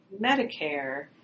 Medicare